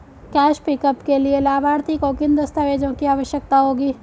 Cash pickup के लिए लाभार्थी को किन दस्तावेजों की आवश्यकता होगी?